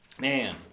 Man